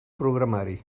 programari